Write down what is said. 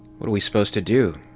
what are we supposed to do,